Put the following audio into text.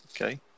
Okay